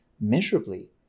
measurably